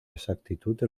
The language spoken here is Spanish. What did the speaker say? exactitud